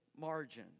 margin